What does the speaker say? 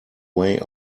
way